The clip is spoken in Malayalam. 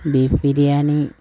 ബീഫ് ബിരിയാണി